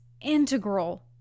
integral